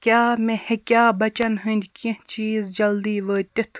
کیٛاہ مےٚ ہیٚکیٛاہ بَچن ہٕنٛدۍ کیٚنٛہہ چیٖز جلدی وٲتِتھ